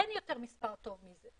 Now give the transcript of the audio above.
אין יותר מספר טוב מזה,